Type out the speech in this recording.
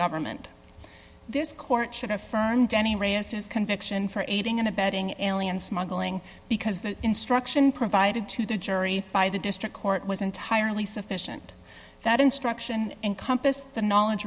government this court should affirm denny reyes is conviction for aiding and abetting alien smuggling because the instruction provided to the jury by the district court was entirely sufficient that instruction encompassed the knowledge